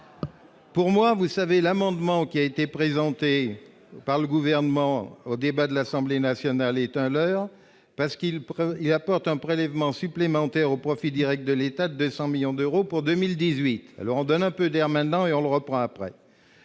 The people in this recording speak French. Pour moi, vous savez, l'amendement qui a été présenté par le gouvernement au débat de l'Assemblée nationale est un leurre, parce qu'il prend et apporte un prélèvement supplémentaire au profit Direct de l'État 200 millions d'euros pour 2018, alors on donne un peu d'air maintenant et on le reprend après